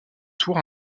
tour